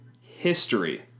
history